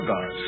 God